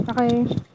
Okay